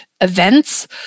events